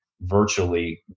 virtually